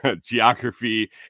geography